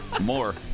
More